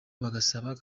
bagasaba